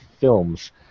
films